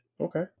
Okay